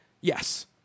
yes